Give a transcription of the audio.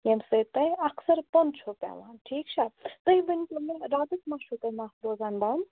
ییٚمہِ سۭتۍ تۄہہِ اَکثر پۄنٛدٕ چھو پٮ۪وان ٹھیٖک چھا تُہۍ ؤنۍتو مےٚ راتَس ما چھُو تۄہہِ نَس روزان بنٛد